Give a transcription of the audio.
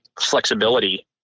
flexibility